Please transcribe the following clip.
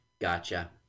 gotcha